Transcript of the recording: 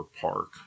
park